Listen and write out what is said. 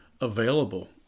available